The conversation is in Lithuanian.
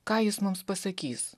ką jis mums pasakys